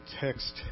text